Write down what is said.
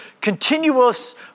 continuous